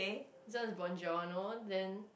this one is buongiorno then